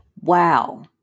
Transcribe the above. Wow